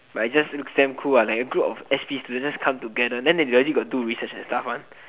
but I just looks damn cool lah like a group of s_p students just come together then they legit got do research and stuff one